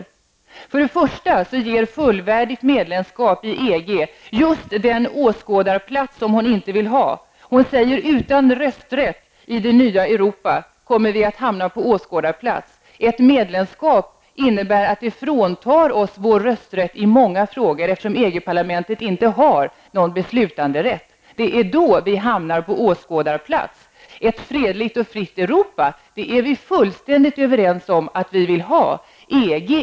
Fullvärdigt medlemskap i EG ger till att börja med just den åskådarplats som hon inte vill att Sverige skall ha. Margaretha af Ugglas säger att utan rösträtt i det nya Europa kommer vi att hamna på åskådarplats. Ett medlemskap innebär att vi avsäger oss vår rösträtt i många frågor, eftersom EG-parlamentet inte har någon beslutanderätt. Då hamnar vi på åskådarplats. Men Margaretha af Ugglas och jag är fullständigt överens om att vi vill ha ett fredligt och fritt Europa.